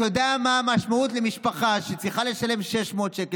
אתה יודע מה המשמעות למשפחה שצריכה לשלם 600 700 שקל,